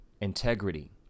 integrity